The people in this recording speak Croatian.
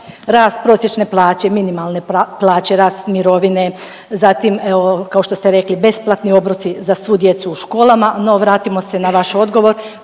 rast prosječne plaće, minimalne plaće, rast mirovine, zatim evo kao što ste rekli besplatni obroci za svu djecu u školama, no vratimo se na vaš odgovor.